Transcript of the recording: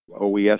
OES